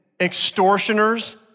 extortioners